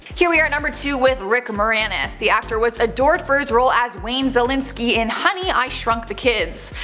here we are at number two with rick moranis. the actor was adored for his role as wayne szalinski in honey, i shrunk the kids.